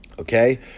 Okay